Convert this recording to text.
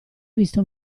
visto